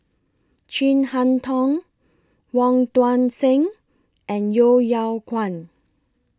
Chin Harn Tong Wong Tuang Seng and Yeo Yeow Kwang